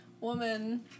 Woman